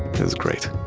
it was great.